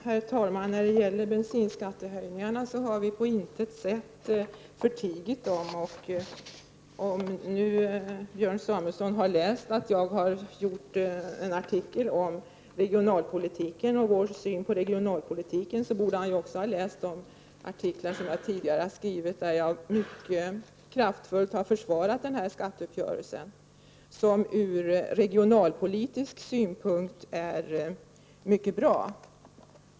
Herr talman! Bensinskattehöjningarna har vi på intet sätt förtigit. Om nu Björn Samuelson har läst min artikel om regionalpolitiken och vår syn på den borde han också ha läst de artiklar som jag tidigare har skrivit och där jag mycket kraftfullt har försvarat skatteuppgörelsen, som från regionalpolitisk synpunkt är mycket bra.